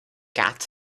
cat